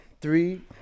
three